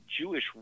Jewish